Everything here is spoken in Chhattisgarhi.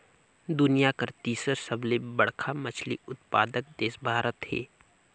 दुनिया कर तीसर सबले बड़खा मछली उत्पादक देश भारत हे